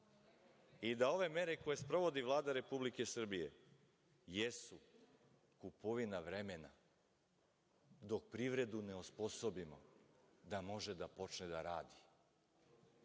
i da ove mere koje sprovodi Vlada Republike Srbije jesu kupovina vremena dok privredu ne osposobimo da može da počne da radi,